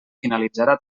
finalitzarà